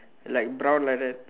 like brown like that